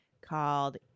called